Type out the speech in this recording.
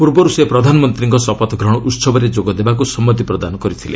ପୂର୍ବରୁ ସେ ପ୍ରଧାନମନ୍ତ୍ରୀଙ୍କ ଶପଥ ଗ୍ରହଣ ଉତ୍ସବରେ ଯୋଗ ଦେବାକୁ ସମ୍ମତି ପ୍ରଦାନ କରିଥିଲେ